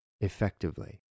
effectively